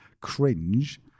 cringe